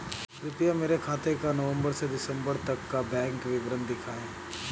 कृपया मेरे खाते का नवम्बर से दिसम्बर तक का बैंक विवरण दिखाएं?